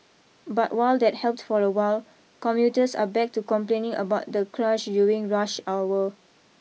but while that helped for a while commuters are back to complaining about the crush during rush hour